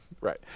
Right